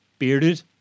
bearded